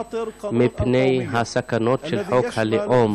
מפני הסכנות של חוק הלאום,